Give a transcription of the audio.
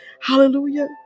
Hallelujah